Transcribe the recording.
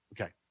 Okay